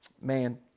man